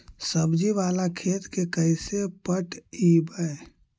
सब्जी बाला खेत के कैसे पटइबै?